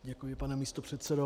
Děkuji, pane místopředsedo.